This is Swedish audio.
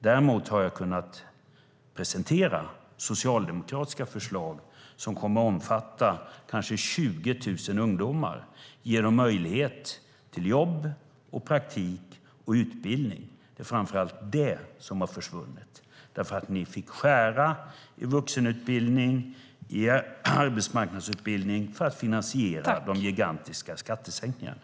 Däremot har jag kunnat presentera socialdemokratiska förslag som kommer att omfatta kanske 20 000 ungdomar och ge dem möjlighet till jobb, praktik och utbildning. Det är framför allt det som har försvunnit, för ni fick skära i vuxenutbildning och i arbetsmarknadsutbildning för att finansiera de gigantiska skattesänkningarna.